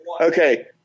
Okay